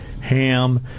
ham